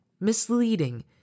misleading